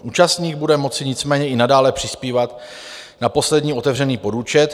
Účastník bude moci nicméně i nadále přispívat na poslední otevřený podúčet.